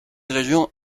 région